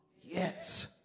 yes